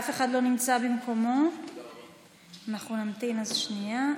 אף לא נמצא במקומו, אז אנחנו נמתין שנייה.